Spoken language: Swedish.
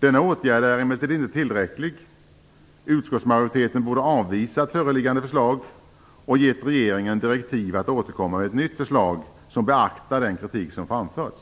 Denna åtgärd är emellertid inte tillräcklig. Utskottsmajoriteten borde ha avvisat föreliggande förslag och gett regeringen direktiv att återkomma med ett nytt förslag som beaktar den kritik som framförts.